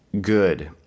good